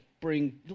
bring